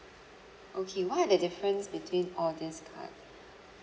okay what are the difference between all this card